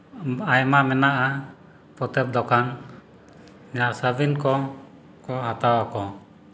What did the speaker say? ᱟᱭᱢᱟ ᱢᱮᱱᱟᱜᱼᱟ ᱯᱚᱛᱚᱵ ᱫᱚᱠᱟᱱ ᱡᱟᱦᱟᱸ ᱥᱟᱹᱵᱤᱱ ᱠᱚ ᱠᱚ ᱦᱟᱛᱟᱣ ᱟᱠᱚ